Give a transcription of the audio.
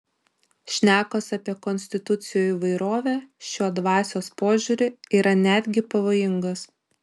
šnekos apie konstitucijų įvairovę šiuo dvasios pažiūriu yra netgi pavojingos